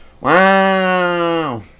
Wow